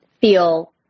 feel